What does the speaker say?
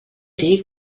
dir